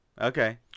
Okay